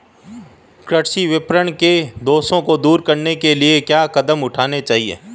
कृषि विपणन के दोषों को दूर करने के लिए क्या कदम उठाने चाहिए?